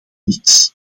niets